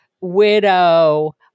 widow